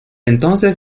entonces